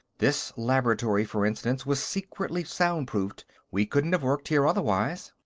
this laboratory, for instance, was secretly soundproofed we couldn't have worked here, otherwise.